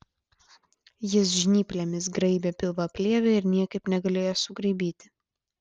jis žnyplėmis graibė pilvaplėvę ir niekaip negalėjo sugraibyti